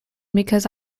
because